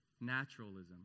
naturalism